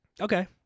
Okay